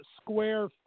square